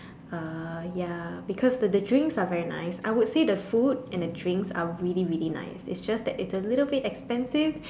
uh ya because the the drinks are very nice I would say the food and the drinks are really really nice it's just that it's a little bit expensive